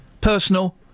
personal